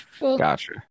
gotcha